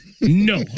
No